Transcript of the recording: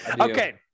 Okay